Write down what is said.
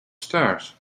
stairs